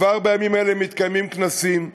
כבר בימים אלה מתקיימים כנסים.